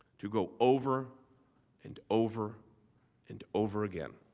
to go over and over and over again